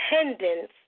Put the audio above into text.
Independence